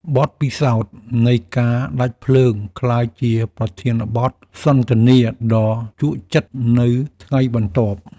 បទពិសោធន៍នៃការដាច់ភ្លើង ក្លាយជាប្រធានបទសន្ទនាដ៏ជក់ចិត្តនៅថ្ងៃបន្ទាប់។